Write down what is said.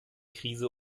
krise